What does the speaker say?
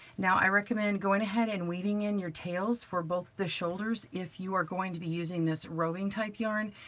now i recommend going ahead and weaving in your tails for both the shoulders. if you are going to be using this roving type yarn,